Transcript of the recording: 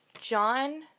John